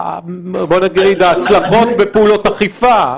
ההצלחות בפעולות אכיפה.